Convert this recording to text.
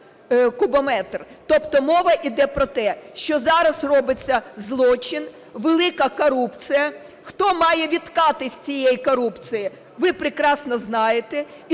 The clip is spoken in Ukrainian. Тобто мова йде про те, що зараз робиться злочин, велика корупція. Хто має відкати з цієї корупції – ви прекрасно знаєте.